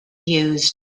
used